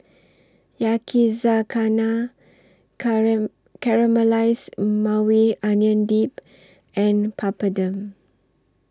Yakizakana Caramelized Maui Onion Dip and Papadum